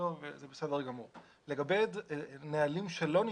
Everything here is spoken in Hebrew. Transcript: שיותר דומה לדיון שהיית עושה אם האנשים היו